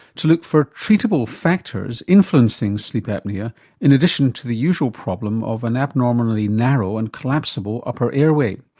to look for treatable factors influencing sleep apnoea in addition to the usual problem of an abnormally narrow and collapsible upper airway.